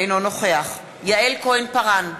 אינו נוכח יעל כהן-פארן,